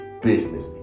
Business